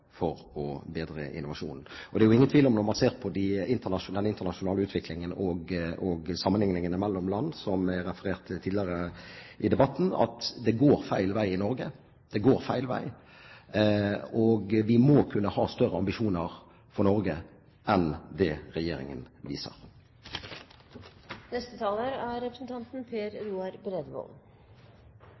for å bedre innovasjonen. Når man ser på den internasjonale utviklingen og sammenligningene mellom land, som har vært referert til tidligere i debatten, er det jo ingen tvil om at det går feil vei i Norge. Det går feil vei! Vi må kunne ha større ambisjoner for Norge enn det regjeringen viser. Statsråden er